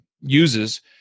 uses